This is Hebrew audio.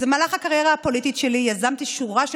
אז במהלך הקריירה הפוליטית שלי יזמתי שורה של